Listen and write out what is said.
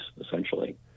essentially